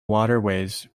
waterways